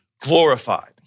glorified